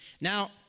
Now